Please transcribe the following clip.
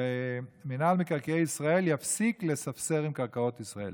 ושמינהל מקרקעי ישראל יפסיק לספסר בקרקעות ישראל,